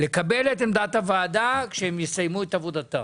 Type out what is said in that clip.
לקבל את עמדת הוועדה כשהם יסיימו את עבודתם,